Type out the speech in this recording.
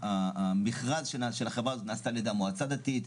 המכרז של החברה הזאת נעשה על-ידי מועצה דתית.